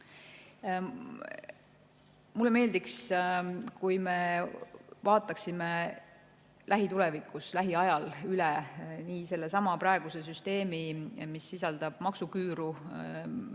Mulle meeldiks, kui me vaataksime lähitulevikus, lähiajal üle praeguse süsteemi, mis sisaldab maksuküüru,